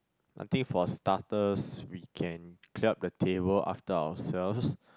I think for starters we can clear up the table after ourselves